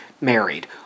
married